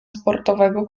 sportowego